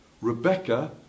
Rebecca